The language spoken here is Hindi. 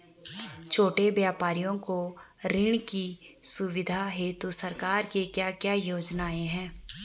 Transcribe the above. छोटे व्यापारियों को ऋण की सुविधा हेतु सरकार की क्या क्या योजनाएँ हैं?